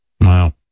Wow